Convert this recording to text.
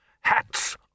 Hats